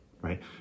right